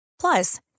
Plus